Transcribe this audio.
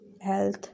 health